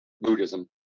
Buddhism